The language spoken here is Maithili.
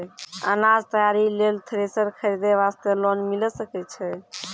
अनाज तैयारी लेल थ्रेसर खरीदे वास्ते लोन मिले सकय छै?